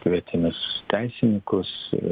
kvietėmės teisininkus